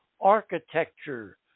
architecture